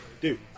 dude